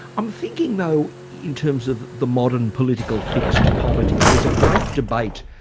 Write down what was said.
i'm thinking though, in terms of the modern political fix to poverty, there's a great debate,